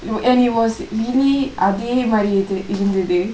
and he was really அதே மாதிரி இரு~ இருந்தது:athe maathri iru~ irunthathu